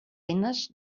eines